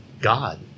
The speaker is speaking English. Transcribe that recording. God